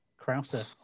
Krauser